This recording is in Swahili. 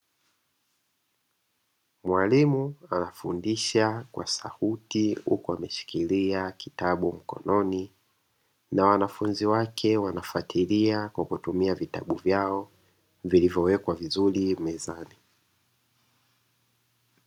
Mwalimu anafundisha kwa sauti huku ameshikilia kitabu mkononi na wanafunzi wake wanafuatilia kwa kutumia vitabu vyao vilivyowekwa vizuri mezani.